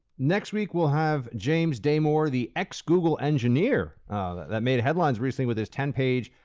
next week, we'll have james damore, the ex-google engineer that made headlines recently with his ten page,